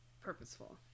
purposeful